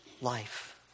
life